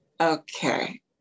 Okay